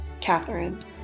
Catherine